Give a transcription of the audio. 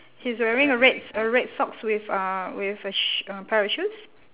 he's wearing a red s~ a red socks with uh with a sho~ a pair of shoes